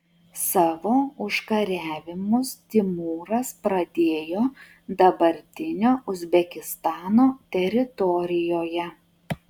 savo užkariavimus timūras pradėjo dabartinio uzbekistano teritorijoje